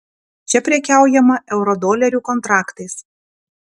čia prekiaujama eurodolerių kontraktais